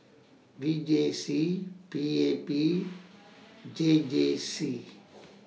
V J C P A P J J C